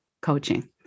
coaching